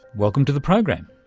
welcome to the program.